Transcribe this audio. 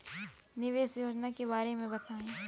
निवेश योजना के बारे में बताएँ?